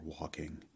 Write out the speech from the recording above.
walking